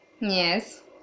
yes